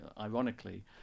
ironically